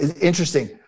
Interesting